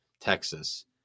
Texas